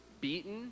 beaten